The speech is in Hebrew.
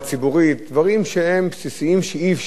דברים שהם בסיסיים ואי-אפשר בלעדיהם.